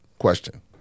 question